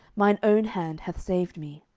mine own hand hath saved me.